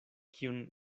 kiun